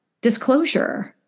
disclosure